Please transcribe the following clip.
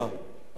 אני מצטט.